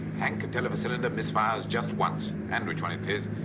hank can tell if a cylinder misfires just once, and which one it is.